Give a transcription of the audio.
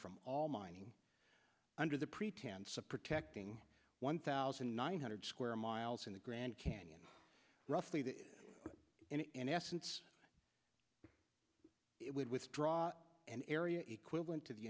from all mining under the pretense of protecting one thousand nine hundred square miles in the grand canyon roughly that in essence it would withdraw an area equivalent to the